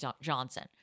Johnson